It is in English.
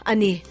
Ani